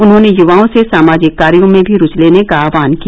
उन्होंने युवाओं से सामाजिक कार्यो में भी रूचि लेने का आह्वान किया